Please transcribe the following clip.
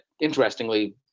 interestingly